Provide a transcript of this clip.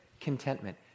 contentment